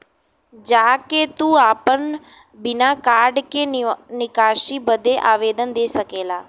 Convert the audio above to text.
जा के तू आपन बिना कार्ड के निकासी बदे आवेदन दे सकेला